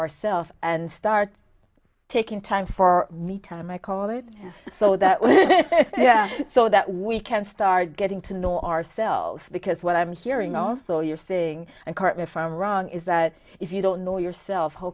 ourselves and start taking time for me time i call it so that so that we can start getting to know ourselves because what i'm hearing also you're saying a car if i'm wrong is that if you don't know yourself how